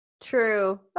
true